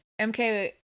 MK